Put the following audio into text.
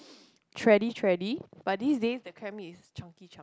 thready thready but these days the crab meat is chunky chunky